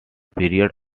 periods